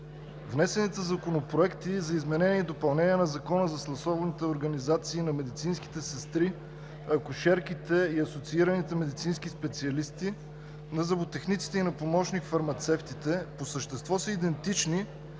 Внесените законопроекти за изменение и допълнение на Закона за съсловните организации на медицинските сестри, акушерките и асоциираните медицински специалисти, на зъботехниците и на помощник фармацевтите по същество са идентични